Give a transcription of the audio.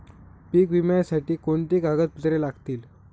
पीक विम्यासाठी कोणती कागदपत्रे लागतील?